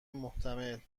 محتمل